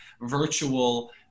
virtual